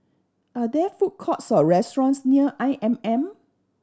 are there food courts or restaurants near I M M